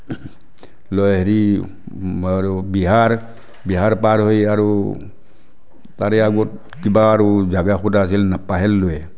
লৈ হেৰি আৰু বিহাৰ বিহাৰ পাৰ হৈ আৰু তাৰে আগত কিবা আৰু জেগা সোধা আছিল নাপাহিলোৱে